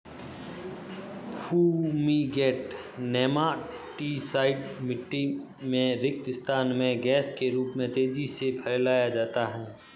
fumigant nematicide मिटटी में रिक्त स्थान में गैस के रूप में तेजी से फैलाया जाता है